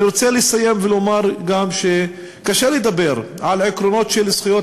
אני רוצה לסיים ולומר גם שקשה לדבר על עקרונות של זכויות